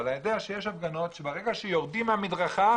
אני יודע שיש הפגנות שברגע שיורדים מהמדרכה,